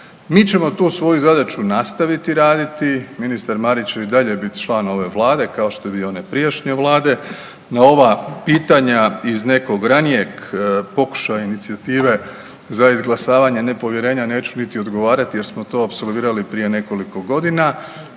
Mi ćemo tu svoju zadaću nastaviti raditi. Ministar Marić će i dalje biti član ove Vlade kao što je bio one prijašnje Vlade. Na ova pitanja iz nekog ranijeg pokušaja inicijative za izglasavanje nepovjerenja neću niti odgovarati, jer smo to apsolvirali prije nekoliko godina